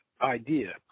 idea